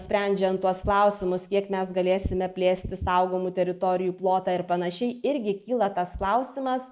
sprendžiant tuos klausimus kiek mes galėsime plėsti saugomų teritorijų plotą ir panašiai irgi kyla tas klausimas